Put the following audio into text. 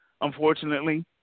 unfortunately